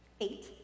eight